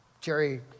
Jerry